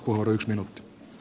kiitoksia